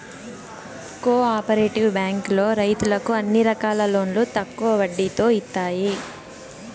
co operative బ్యాంకులో రైతులకు అన్ని రకాల లోన్లు తక్కువ వడ్డీతో ఇత్తాయి